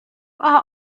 are